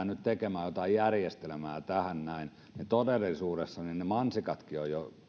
nyt tekemään jotain järjestelmää tähän näin niin todellisuudessa ne mansikatkin ovat jo